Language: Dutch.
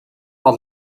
had